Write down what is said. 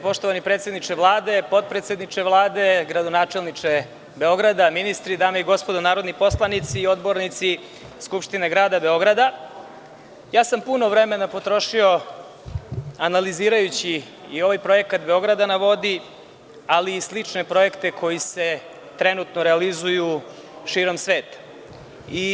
Poštovani predsedniče Vlade, potpredsedniče Vlade, gradonačelniče Beograda, ministri, dame i gospodo narodni poslanici i odbornici Skupštine Grada Beograda, puno vremena sam potrošio analizirajući i ovaj projekat „Beograda na vodi“ ali i slične projekte koji se trenutno realizuju širom sveta.